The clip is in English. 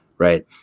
Right